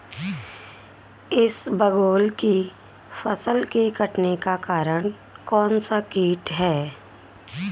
इसबगोल की फसल के कटने का कारण कौनसा कीट है?